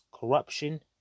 corruption